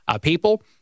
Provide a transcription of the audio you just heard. people